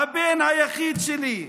הבן היחיד שלי?